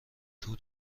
تور